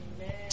Amen